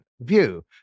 view